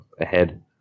ahead